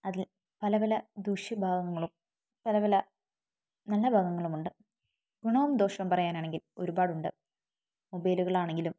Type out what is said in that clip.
അതിൽ പലപല ദൂഷ്യഭാഗങ്ങളും പലപല നല്ല ഭാഗങ്ങളുമുണ്ട് ഗുണവും ദോഷവും പറയാനാണെങ്കിൽ ഒരുപാടുണ്ട് മോബൈലുകളാണെങ്കിലും